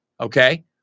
Okay